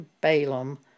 Balaam